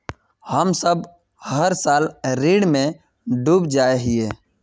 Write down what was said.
हम सब हर साल ऋण में डूब जाए हीये?